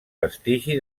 vestigi